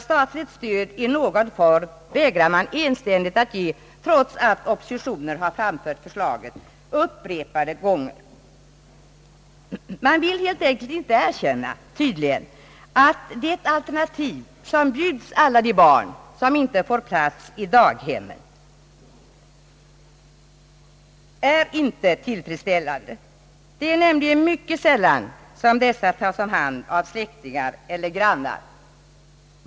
Statligt stöd i någon form vägrar man enständigt att ge, trots att oppositionen har framfört förslaget upprepade gånger. Man vill tydligen inte erkänna att det alternativ som bjuds alla de barn som inte får plats i daghemmen inte är tillfredsställande. Det är nämligen mycket sällan som dessa barn tas om hand av släktingar eller grannar.